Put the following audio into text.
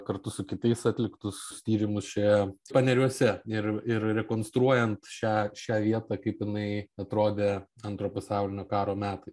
kartu su kitais atliktus tyrimus šioje paneriuose ir ir rekonstruojant šią šią vietą kaip jinai atrodė antro pasaulinio karo metai